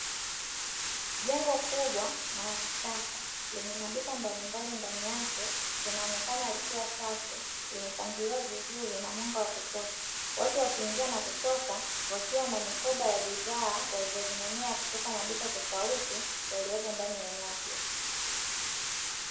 Jengo kubwa la kisasa lenye maduka mbalimbali ndani yake linaonekana likiwa safi, limepangiliwa vizuri, na mwanga wa kutosha watu wakiingia na kutoka wakiwa na mikoba ya bidhaa walizonunua kutoka maduka tofauti yakiyopo ndani ya eneo hili.